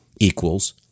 equals